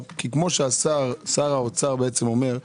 שר האוצר אומר: